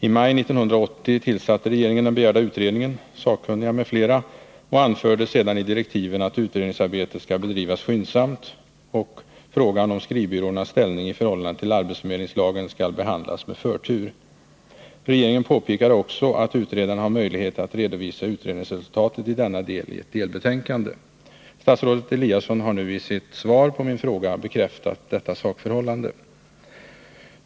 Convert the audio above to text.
I maj 1980 tillsatte regeringen den begärda utredningen, sakkunniga m.fl. och anförde sedan i direktiven att utredningsarbetet skulle bedrivas skyndsamt och att frågan om skrivbyråernas ställning i förhållande till arbetsförmedlingslagen skulle behandlas med förtur. Regeringen påpekade också att utredaren hade möjlighet att redovisa utredningsresultatet i denna del i ett delbetänkande. Statsrådet Eliasson har nu i sitt svar på min fråga bekräftat detta sakförhållande.